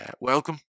welcome